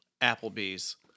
Applebee's